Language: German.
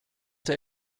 der